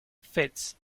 fits